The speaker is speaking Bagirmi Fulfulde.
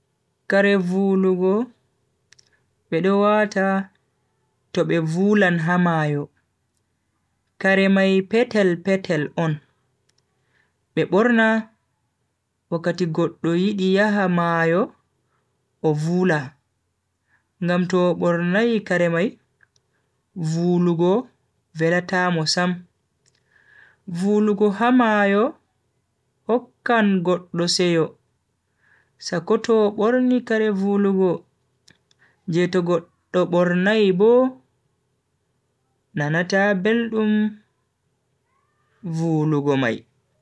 Kare vulu go ɓe ɗo wata to ɓe vulan ha maayo. Kare mai petel petel on, ɓe ɓorna ɓokkati goɗɗo yiɗi yaha maayo o vula, ngam to ɓornayyikare mai vulu go vellata mo sam. Vulu go ha maayo okkan goɗɗo seyoo. Sakoto ɓorni kare vulu go je to goɗɗo ɓornay bo nana ta belɗum vulu go mai.